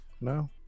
No